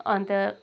अन्त